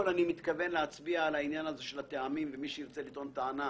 אני מתכוון להצביע על העניין של הטעמים ומי שירצה לטעון טענה